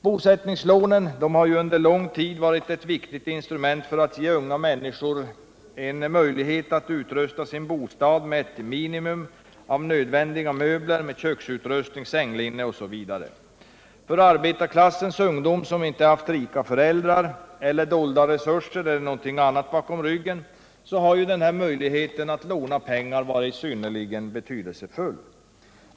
Bosättningslånen har under lång tid varit ett viktigt instrument för att ge unga människor en möjlighet att utrusta sin bostad med ett minimum av nödvändiga möbler, köksutrustning, sänglinne osv. För arbetarklassens ungdomar, som inte har haft rika föräldrar, dolda resurser eller något annat bakom ryggen, har den här möjligheten att låna pengar varit synnerligen betydelsefull.